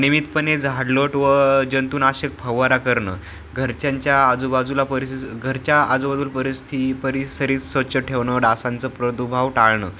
नियमितपणे झाडलोट व जंतुनाशक फवारा करणं घरच्यांच्या आजूबाजूला परिस्थि घरच्या आजूबाजूला परिस्थी परिसरी स्वच्छ ठेवणं डासांचं प्रादुर्भाव टाळणं